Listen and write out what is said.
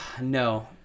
No